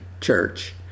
Church